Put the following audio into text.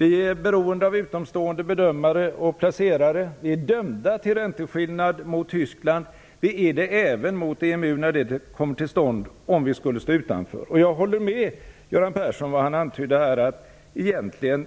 Vi är beroende av utomstående bedömare och placerare. Vi är dömda till ränteskillnad mot Tyskland, vi är det även mot EMU när det kommer till stånd, om vi skulle stå utanför. Jag håller med Göran Persson om det han antydde här, att det egentligen